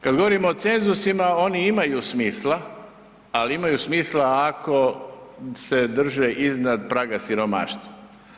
Kad govorimo o cenzusima, oni imaju smisla ali imaju smisla ako se drže iznad praga siromaštva.